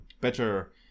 better